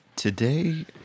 Today